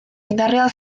indarrean